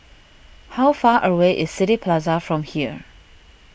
how far away is City Plaza from here